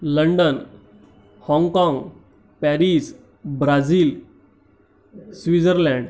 London Hong Kong Paris Brazil Switzerland